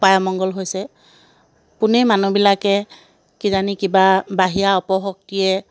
অপায় অমংগল হৈছে পোনে মানুহবিলাকে কিজানি কিবা বাহিৰা অপশক্তিয়ে